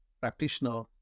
practitioner